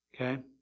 Okay